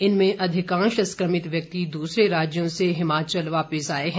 इनमें अधिकांश संक्रमित व्यक्ति दूसरे राज्यों से हिमाचल वापिस आए हैं